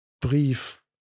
brief